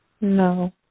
No